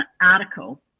article